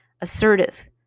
assertive